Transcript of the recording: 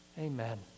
Amen